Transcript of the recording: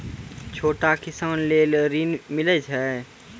छोटा किसान लेल ॠन मिलय छै?